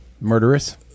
Murderous